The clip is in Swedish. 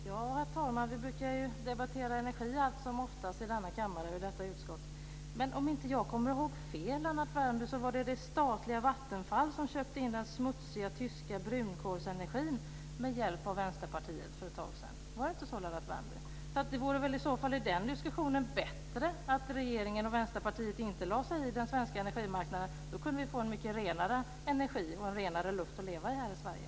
Herr talman! Vi i det här utskottet brukar ju debattera energi allt som oftast i denna kammare. Men om jag inte kommer ihåg fel, Lennart Värmby, så var det det statliga Vattenfall som köpte in den smutsiga tyska brunkolsenergin med hjälp av Vänsterpartiet för ett tag sedan. Var det inte så, Lennart Värmby? Det vore väl i så fall i den diskussionen bättre om regeringen och Vänsterpartiet inte lade sig i den svenska energimarknaden. Då kunde vi få en mycket renare energi och en renare luft här i Sverige.